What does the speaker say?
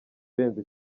irenze